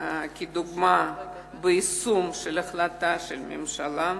דוגמה ליישום של החלטת ממשלה.